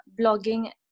blogging